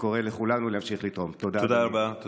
תודה, אדוני.